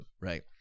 Right